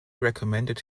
recommended